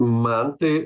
man tai